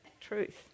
truth